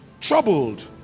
Troubled